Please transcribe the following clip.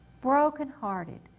brokenhearted